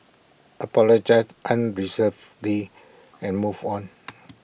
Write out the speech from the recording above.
apologise unreservedly and move on